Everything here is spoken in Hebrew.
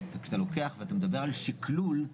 וכשאתה לוקח ומדבר על שקלול,